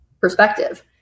perspective